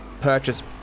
purchase